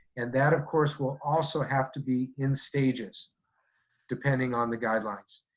and that, of course, will also have to be in stages depending on the guidelines.